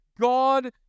God